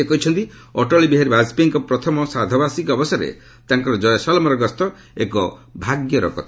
ସେ କହିଛନ୍ତି ଅଟଳ ବିହାରୀ ବାଜପେୟୀଙ୍କ ପ୍ରଥମ ଶ୍ରାଦ୍ଧବାର୍ଷିକୀ ଅବସରରେ ତାଙ୍କର ଜୟସଲମର ଗସ୍ତ ଏକ ଭାଗ୍ୟର କଥା